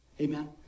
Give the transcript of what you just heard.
Amen